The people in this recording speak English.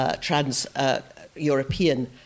trans-European